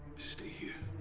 stay here.